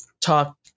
talk